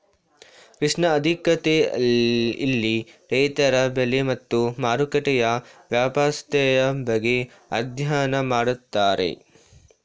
ಕೃಷಿ ಆರ್ಥಿಕತೆ ಇಲ್ಲಿ ರೈತರ ಬೆಳೆ ಮತ್ತು ಮಾರುಕಟ್ಟೆಯ ವ್ಯವಸ್ಥೆಯ ಬಗ್ಗೆ ಅಧ್ಯಯನ ಮಾಡ್ತಾರೆ